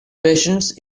patience